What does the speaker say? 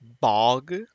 bog